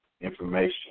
information